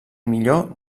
millor